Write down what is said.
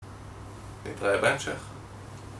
נתראה בהמשך